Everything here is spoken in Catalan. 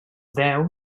deu